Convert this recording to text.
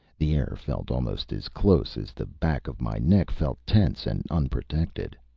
the air felt almost as close as the back of my neck felt tense and unprotected.